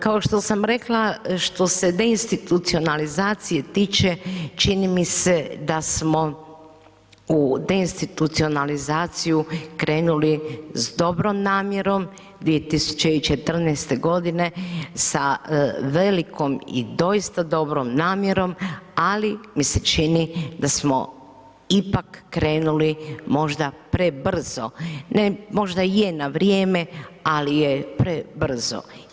Kao što sam rekla, što se deinstitucionalizacije tiče, čini mi se da smo u deinstitucionalizaciju krenuli s dobrom namjerom 2014.g. sa velikom i doista dobrom namjerom, ali mi se čini da smo ipak krenuli možda prebrzo, možda i je na vrijeme, ali je prebrzo.